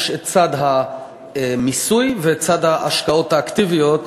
יש את צד המיסוי ואת צד ההשקעות האקטיביות.